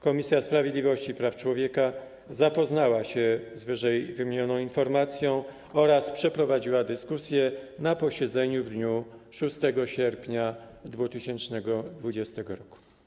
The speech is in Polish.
Komisja Sprawiedliwości i Praw Człowieka zapoznała się z ww. informacją oraz przeprowadziła dyskusję na posiedzeniu w dniu 6 sierpnia 2020 r.